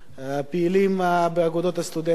הפעילים באגודות הסטודנטים,